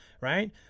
Right